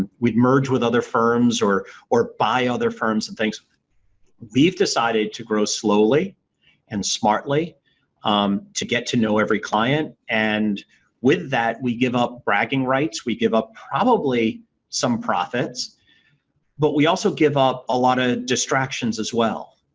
ah we'd merge with other firms or or by other firms. and we have decided to grow slowly and smartly um to get to know every client and with that, we give up bragging rights. we give up probably some profits but we also give up a lot of distractions as well.